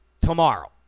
Tomorrow